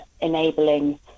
enabling